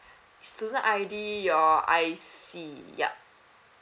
student I_D your I_C yup